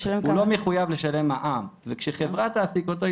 הוא לא מחויב לשלם מע"מ וכשחברה תעסיק אותו,